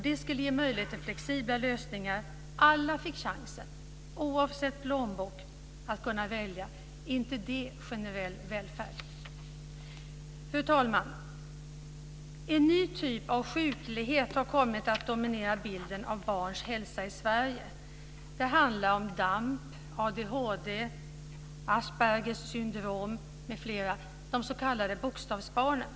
Det skulle ge möjlighet till flexibla lösningar; alla fick chansen, oavsett tjocklek på plånbok, att kunna välja. Är inte det generell välfärdspolitik? Fru talman! En ny typ av sjuklighet har kommit att dominera bilden av barns hälsa i Sverige. Det handlar om DAMP, ADHD, Aspergers syndrom m.fl., de s.k. bokstavsbarnen.